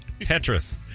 Tetris